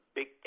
big